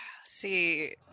See